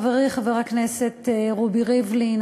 חברי חבר הכנסת רובי ריבלין,